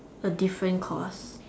a different course